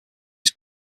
his